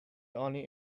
only